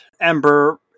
ember